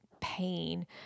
pain